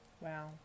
Wow